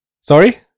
Sorry